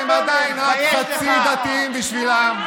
לך לבנט, תתבייש לך.